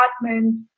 apartment